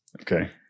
okay